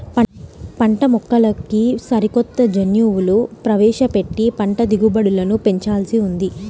పంటమొక్కల్లోకి సరికొత్త జన్యువులు ప్రవేశపెట్టి పంట దిగుబడులను పెంచాల్సి ఉంది